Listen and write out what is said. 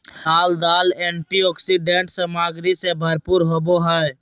लाल दाल एंटीऑक्सीडेंट सामग्री से भरपूर होबो हइ